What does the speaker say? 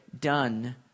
done